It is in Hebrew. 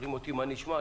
שואלים אותי מה נשמע,